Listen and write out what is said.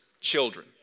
children